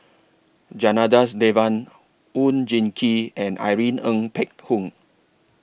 Janadas Devan Oon Jin Gee and Irene Ng Phek Hoong